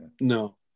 no